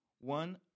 One